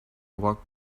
walked